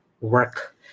work